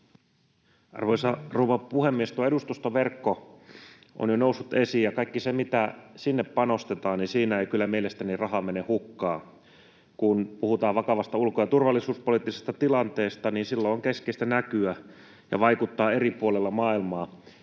Arvoisa rouva puhemies! Tuo edustustoverkko on jo noussut esiin ja kaikki se, mitä sinne panostetaan. Siinä ei kyllä mielestäni raha mene hukkaan. Kun puhutaan vakavasta ulko- ja turvallisuuspoliittisesta tilanteesta, niin silloin on keskeistä näkyä ja vaikuttaa eri puolilla maailmaa.